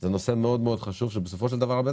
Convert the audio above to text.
זה נושא מאוד מאוד חשוב שבסופו של דבר הבן